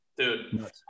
dude